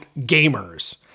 gamers